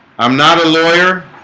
i'm not a lawyer.